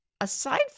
Aside